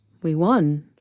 we won,